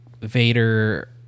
Vader